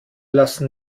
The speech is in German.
lassen